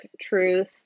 truth